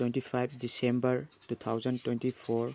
twenty five December two thousand twenty four